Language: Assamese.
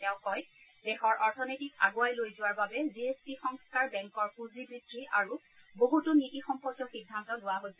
তেওঁ কয় দেশৰ অথনীতিক আগুৱাই লৈ যোৱাৰ বাবে জিএছটি সংস্থাৰ বেংকৰ পূঁজি বৃদ্ধি আৰু বহুতো নীতি সম্পৰ্কীয় সিদ্ধান্ত লোৱা হৈছে